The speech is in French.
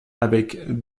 avec